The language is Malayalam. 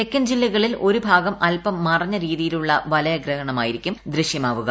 തെക്കൻ ജില്ലകളിൽ ഒരു ഭാഗം അല്പം മറഞ്ഞ രീതിയിലുള്ള വലയ ഗ്രഹണമായിരിക്കും ദൃശ്യമാവുക